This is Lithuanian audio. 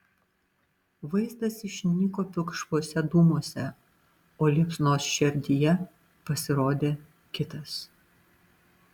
vaizdas išnyko pilkšvuose dūmuose o liepsnos šerdyje pasirodė kitas